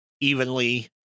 evenly